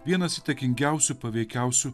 vienas įtakingiausių paveikiausių